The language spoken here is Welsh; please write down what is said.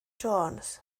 jones